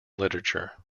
literature